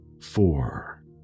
four